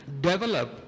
develop